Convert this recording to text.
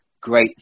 great